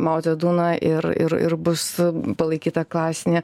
mao dzeduną ir ir ir bus palaikyta klasine